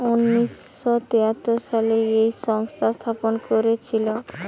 উনিশ শ তেয়াত্তর সালে এই সংস্থা স্থাপন করেছিল